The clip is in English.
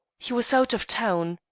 he was out of town.